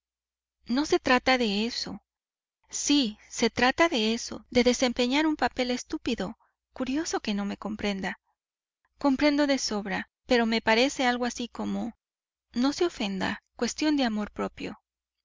no no se trata de eso sí se trata de eso de desempeñar un papel estúpido curioso que no comprenda comprendo de sobra pero me parece algo así como no se ofenda cuestión de amor propio